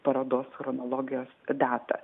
parodos chronologijos datą